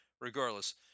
regardless